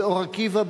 באור-עקיבא,